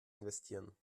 investieren